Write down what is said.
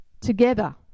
together